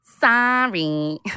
sorry